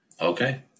Okay